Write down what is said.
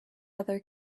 other